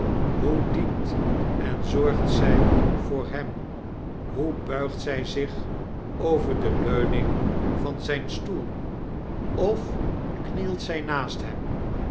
hoe dient en zorgt zy voor hem hoe buigt zy zich over de leuning van zijn stoel of knielt zy naast hem